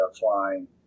flying